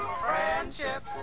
friendship